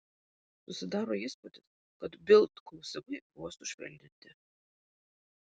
susidaro įspūdis kad bild klausimai buvo sušvelninti